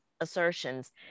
assertions